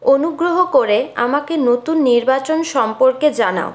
অনুগ্রহ করে আমাকে নতুন নির্বাচন সম্পর্কে জানাও